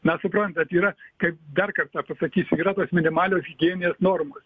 na suprantat yra kaip dar kartą pasakysiu yra tos minimalios higieninės normos